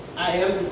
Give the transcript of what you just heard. i am